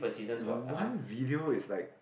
one video is like